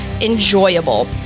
enjoyable